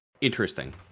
interesting